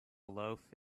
loaf